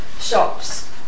shops